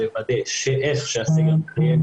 לוודא שאיך שהסגר מסתיים,